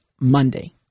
Monday